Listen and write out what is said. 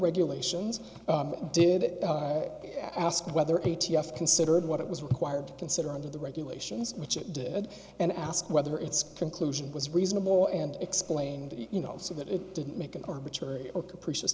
regulations did it ask whether a t f considered what it was required to consider under the regulations which it did and ask whether its conclusion was reasonable and explained you know so that it didn't make an arbitrary or capricious